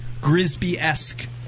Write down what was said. Grisby-esque